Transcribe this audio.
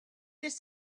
these